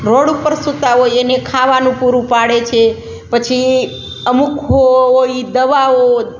road ઉપર સૂતાં હોય એને ખાવાનું પૂરું પાડે છે પછી અમુક હોય એ દવાઓ